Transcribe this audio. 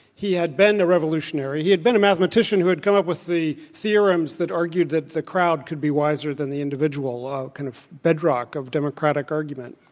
he had been the revolutionary. he had been a mathematician who had come up with the theorems that argued that the crowd could be wiser than the individual ah kind of the bedrock of democratic argument.